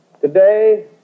Today